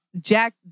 jack